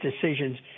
decisions